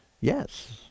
yes